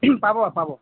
পাব পাব